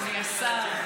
אדוני השר,